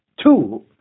Two